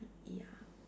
ya